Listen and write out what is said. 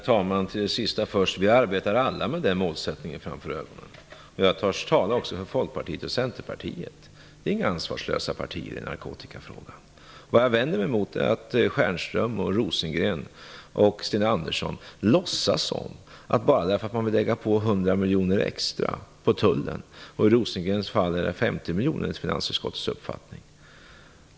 Herr talman! Vi arbetar alla med den målsättningen framför ögonen - och här törs jag tala även för Folkpartiet och Centerpartiet. De är inga ansvarslösa partier i narkotikafrågan. Jag vänder mig mot att Michael Stjernström, Per Rosengren och Sten Andersson låtsas som om tullen inte får genomgå några smärtsamma förändringar bara för att man vill lägga på 100 miljoner extra - i Rosengrens fall är det 50 miljoner enligt finansutskottets uppfattning.